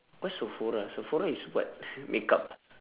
what's Sephora Sephora is what makeup ah